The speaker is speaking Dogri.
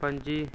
पं'जी